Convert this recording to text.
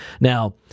Now